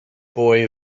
boy